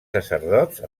sacerdots